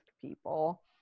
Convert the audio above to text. people